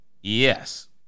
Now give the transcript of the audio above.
Yes